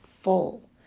full